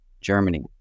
Germany